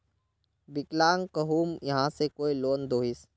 विकलांग कहुम यहाँ से कोई लोन दोहिस?